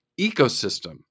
ecosystem